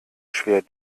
schwer